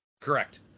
correct